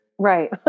Right